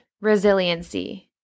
resiliency